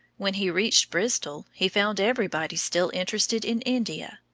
when he reached bristol he found everybody still interested in india.